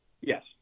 Yes